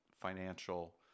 financial